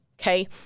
okay